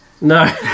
No